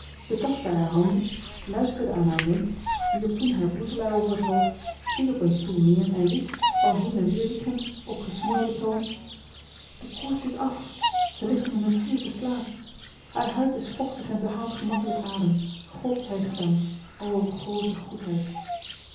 betastte haar handen luisterde aan haar mond wierp toen haar boezelaar over het hoofd viel op een stoel neer en riep al heen en weer wiegend op gesmoorden toon de koorts is af ze ligt in een natuurlijken slaap haar huid is vochtig en ze haalt gemakkelijk adem god zij gedankt o groote goedheid